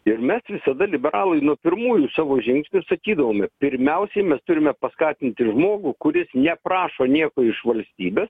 ir mes visada liberalai nuo pirmųjų savo žingsnių sakydavome pirmiausiai mes turime paskatinti žmogų kuris neprašo nieko iš valstybės